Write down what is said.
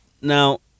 Now